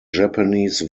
japanese